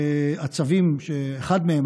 הצווים שעל אחד מהם,